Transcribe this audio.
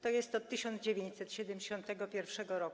tj. od 1971 r.,